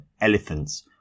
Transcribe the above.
elephants